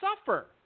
suffer